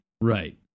right